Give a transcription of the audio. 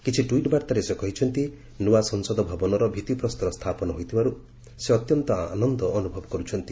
କିଛି ଟ୍ୱିଟ୍ ବାର୍ତ୍ତାରେ ସେ କହିଛନ୍ତି ନୂଆ ସଂସଦ ଭବନର ଭିଭିପ୍ରସ୍ତର ସ୍ଥାପନ ହୋଇଥିବାରୁ ସେ ଅତ୍ୟନ୍ତ ଆନନ୍ଦ ଅନୁଭବ କରୁଛନ୍ତି